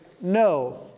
no